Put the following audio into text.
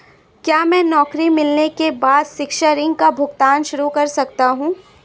क्या मैं नौकरी मिलने के बाद शिक्षा ऋण का भुगतान शुरू कर सकता हूँ?